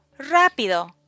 Rápido